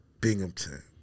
Binghamton